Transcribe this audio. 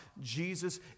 Jesus